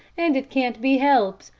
and it can't be helped.